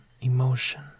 emotion